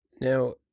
now